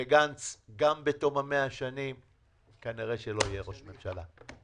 וגנץ גם בתוך 100 שנים כנראה לא יהיה ראש ממשלה.